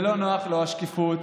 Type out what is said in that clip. ולא נוח לו השקיפות